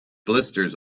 blisters